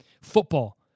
football